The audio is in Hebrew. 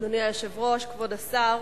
אדוני היושב-ראש, כבוד השר,